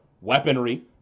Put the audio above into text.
weaponry